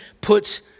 puts